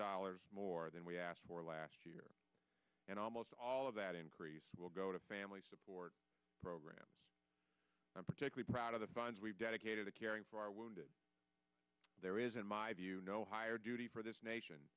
dollars more than we asked for last year and almost all of that increase will go to family support programs i'm particularly proud of the funds we've dedicated to caring for our wounded there is in my view no higher duty for this nation